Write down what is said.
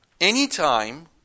Anytime